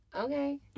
okay